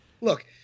Look